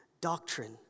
doctrine